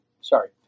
Sorry